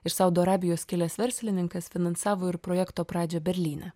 iš saudo arabijos kilęs verslininkas finansavo ir projekto pradžią berlyne